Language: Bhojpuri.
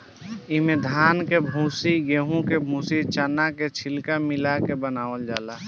इमे धान के भूसी, गेंहू के भूसी, चना के छिलका मिला ले बनावल जाला